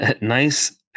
Nice